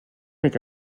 avec